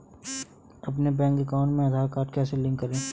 अपने bank account में Aadhaar card कैसे लिंक करें?